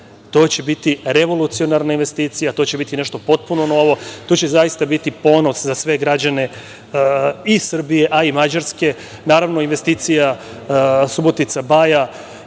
To će biti revolucionarna investicija. To će biti nešto potpuno novo. To će zaista biti ponos za sve građane i Srbije, a i Mađarske. Naravno, investicija Subotica – Baja,